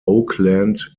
oakland